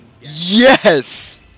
Yes